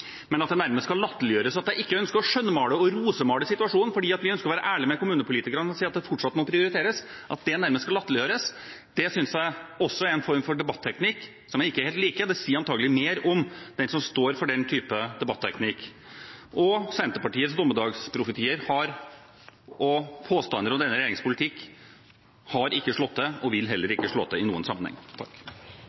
Men at det nærmest skal latterliggjøres at jeg ikke ønsker å skjønnmale og rosemale situasjonen fordi vi ønsker å være ærlige med kommunepolitikerne og si at det fortsatt må prioriteres, synes jeg er en form for debatteknikk som jeg ikke helt liker. Det sier antagelig mer om den som står for den typen debatteknikk. Senterpartiets dommedagsprofetier og påstander om denne regjeringens politikk har ikke slått til og vil heller ikke slå til i noen sammenheng.